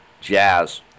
Jazz